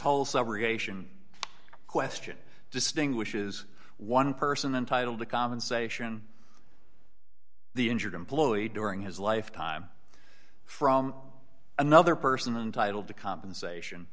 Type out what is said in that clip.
whole subrogation question distinguishes one person entitled to compensation the injured employee during his life time from another person and titled the compensation